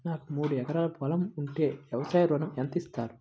నాకు మూడు ఎకరాలు పొలం ఉంటే వ్యవసాయ ఋణం ఎంత ఇస్తారు?